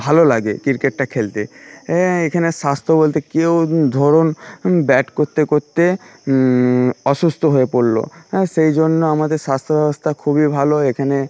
ভালো লাগে ক্রিকেটটা খেলতে এখানে স্বাস্থ্য বলতে কেউ ধরুন ব্যাট করতে করতে অসুস্থ হয়ে পড়ল সেই জন্য আমাদের স্বাস্থ্য ব্যবস্থা খুবই ভালো এখানে